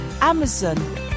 Amazon